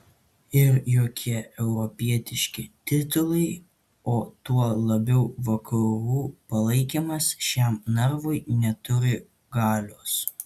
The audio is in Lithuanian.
ir jokie europietiški titulai o tuo labiau vakarų palaikymas šiam narvui neturi galios